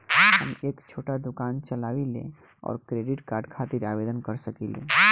हम एक छोटा दुकान चलवइले और क्रेडिट कार्ड खातिर आवेदन कर सकिले?